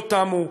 לא תמה.